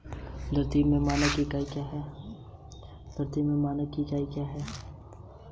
धारिता का मानक इकाई क्या है?